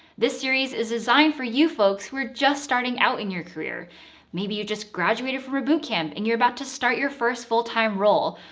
this series is designed for you folks who are just starting out in your career maybe you just graduated from a bootcamp and you're about to start your first full time role,